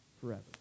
forever